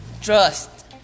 trust